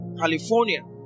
California